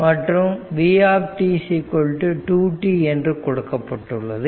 மற்றும் v2t என்று கொடுக்கப்பட்டுள்ளது